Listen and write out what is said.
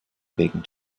wegen